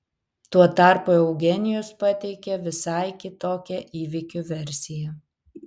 tuo tarpu eugenijus pateikė visai kitokią įvykių versiją